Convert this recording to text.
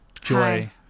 joy